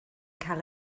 cael